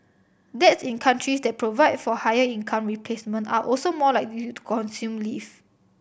dads in countries that provide for higher income replacement are also more likely to consume leave